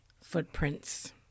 Footprints